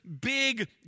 big